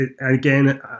again